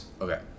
Okay